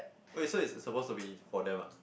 oh so it's supposed to be for them ah